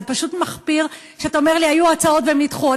זה פשוט מחפיר שאתה אומר לי: היו הצעות והן נדחו.